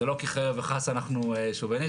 זה לא כי חלילה וחס אנחנו שוביניסטים,